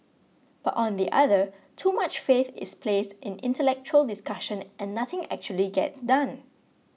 but on the other too much faith is placed in intellectual discussion and nothing actually gets done